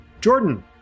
Jordan